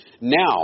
Now